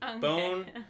Bone